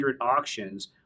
auctions